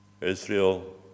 Israel